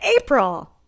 April